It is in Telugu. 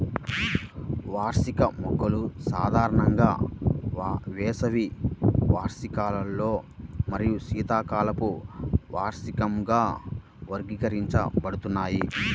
వార్షిక మొక్కలు సాధారణంగా వేసవి వార్షికాలు మరియు శీతాకాలపు వార్షికంగా వర్గీకరించబడతాయి